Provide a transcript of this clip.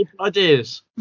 ideas